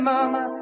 Mama